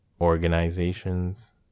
organizations